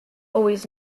always